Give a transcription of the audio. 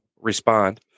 Respond